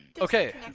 Okay